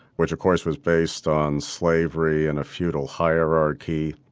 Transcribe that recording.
which of course was based on slavery and a feudal hierarchy,